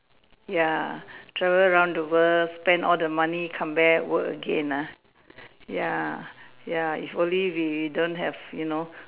ya travel around the world spend all the money come back work again ah ya ya if only we don't have you know